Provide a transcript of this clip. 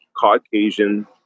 Caucasian